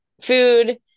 food